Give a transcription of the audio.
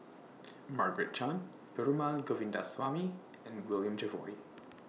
Margaret Chan Perumal Govindaswamy and William Jervois